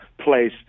place